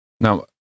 Now